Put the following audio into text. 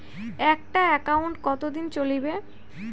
একটা একাউন্ট কতদিন চলিবে?